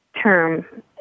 term